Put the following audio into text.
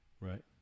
Right